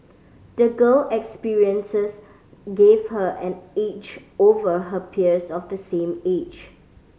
the girl experiences gave her an edge over her peers of the same age